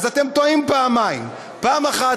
אז אתם טועים פעמיים: פעם אחת,